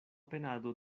penado